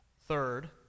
Third